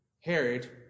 Herod